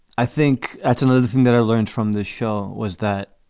i think that's another thing that i learned from the show, was that